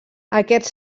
aquests